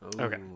Okay